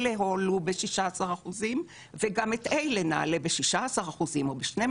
אלה הועלו ב-16% וגם את אלה נעלה ב-16% או ב-12%.